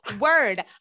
Word